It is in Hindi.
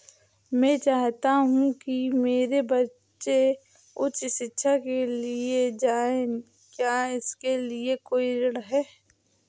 मैं चाहता हूँ कि मेरे बच्चे उच्च शिक्षा के लिए जाएं क्या इसके लिए कोई ऋण है?